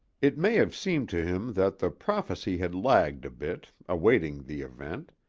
it may have seemed to him that the prophecy had lagged a bit, awaiting the event,